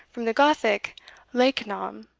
from the gothic leichnam,